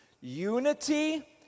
unity